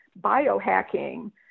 biohacking